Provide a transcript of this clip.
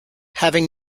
having